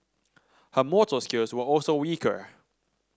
her motor skills were also weaker